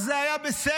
אז זה היה בסדר?